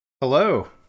Hello